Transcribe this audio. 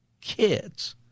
kids